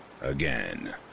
again